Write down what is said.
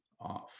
off